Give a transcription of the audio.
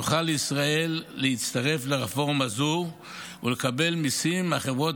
תוכל ישראל להצטרף לרפורמה זו ולקבל מיסים מהחברות